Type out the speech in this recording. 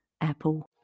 apple